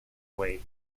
away